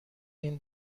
این